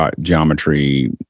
geometry